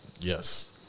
Yes